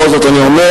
בכל זאת אני אומר,